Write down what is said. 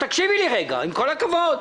תקשיבי לי רגע, עם כל הכבוד.